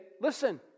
listen